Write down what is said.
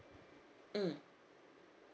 mm